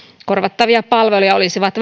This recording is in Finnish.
korvattavia palveluja olisivat